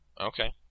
Okay